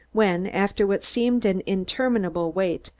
when, after what seemed an interminable wait,